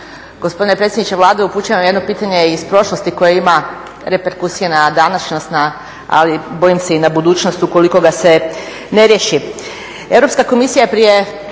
Gospodine predsjedniče Vlade upućujem vam jedno pitanje iz prošlosti koje ima reperkusije na današnjost ali bojim se i na budućnost ukoliko ga se ne riješi.